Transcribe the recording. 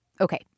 Okay